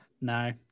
No